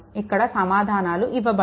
ఇక్కడ సమాధానాలు ఇవ్వబడ్డాయి